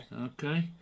Okay